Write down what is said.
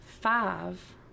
five